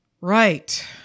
Right